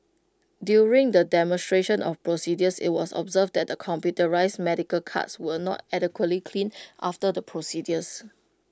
during the demonstrations of procedures IT was observed that the computerised medical carts were not adequately cleaned after the procedures